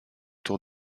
tour